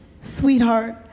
sweetheart